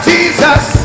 Jesus